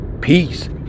Peace